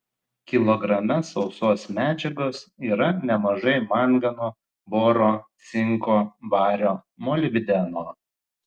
kilograme sausos medžiagos yra nemažai mangano boro cinko vario molibdeno